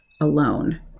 alone